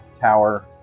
tower